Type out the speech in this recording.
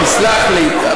תסלח לי.